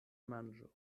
manĝo